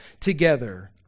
together